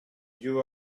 you